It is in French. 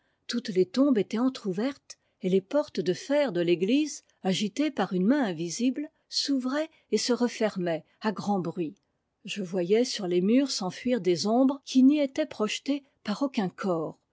toutes tes tombes étaient entr'ouvertes et les portes de fer de l'église agitées par une main invisible s'ouvraient et se refermaient à grand bruit je voyais sur les murs s'enfuir des ombres qui n'y étaient projetées par aucun corps